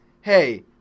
Hey